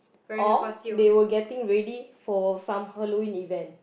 or they were getting ready for some Halloween event